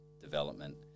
development